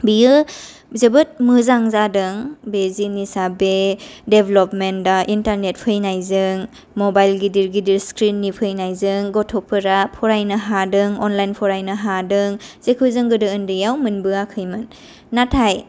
बियो जोबोद मोजां जादों बे जिनिसा बे डेल्भमेन्टआ इन्टारनेट फैनायजों मबाइल गिदिर गिदिर स्क्रिननि फैनायजों गथ'फोरा फरायनो हादों अनलाइन फरायनो हादों जेखौ जों गोदो उन्दैयाव मोनबोयाखैमोन नाथाय